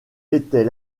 était